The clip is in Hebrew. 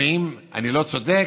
אם אני לא צודק,